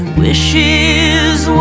wishes